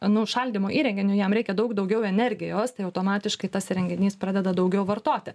nu šaldymo įrenginiui jam reikia daug daugiau energijos tai automatiškai tas įrenginys pradeda daugiau vartoti